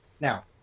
now